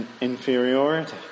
inferiority